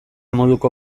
moduko